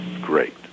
great